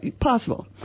possible